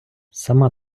сама